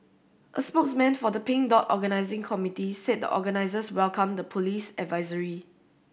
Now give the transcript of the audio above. a spokesman for the Pink Dot organising committee said the organisers welcomed the police advisory